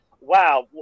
wow